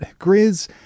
grizz